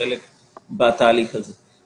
חלק בתהליך הזה.